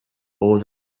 oedd